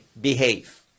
behave